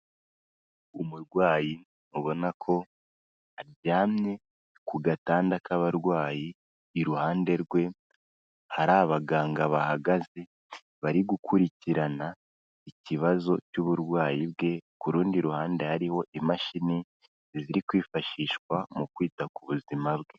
Umurwayi ubona ko aryamye ku gatanda k'abarwayi, iruhande rwe hari abaganga bahagaze bari gukurikirana ikibazo cy'uburwayi bwe, ku rundi ruhande hariho imashini ziri kwifashishwa mu kwita ku buzima bwe.